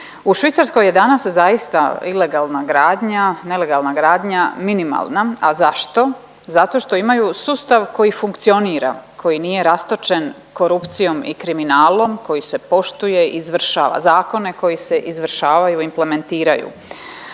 U Švicarskoj je danas zaista ilegalna gradnja, nelegalna gradnja minimalna. A zašto? Zato što imaju sustav koji funkcionira, koji nije rastočen korupcijom i kriminalom, koji se poštuje i izvršava. Zakone koji se izvršavaju implementiraju